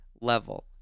level